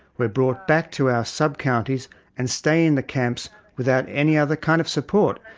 we're brought back to our sub counties and stay in the camps without any other kind of support.